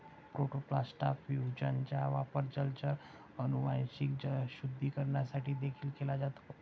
protoplast फ्यूजनचा वापर जलचर अनुवांशिक शुद्धीकरणासाठी देखील केला जातो